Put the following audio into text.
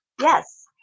Yes